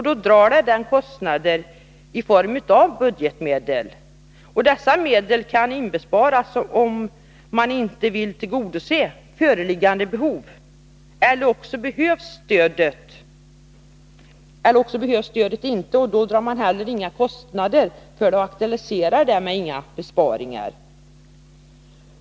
Den drar då kostnader i form av budgetmedel. Dessa medel kan inbesparas, om man inte vill tillgodose föreliggande behov. Eller också behövs stödet inte. Då drar det heller inga kostnader och aktualiserar därmed inga besparingar.